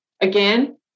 again